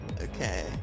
Okay